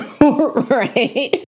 right